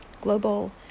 global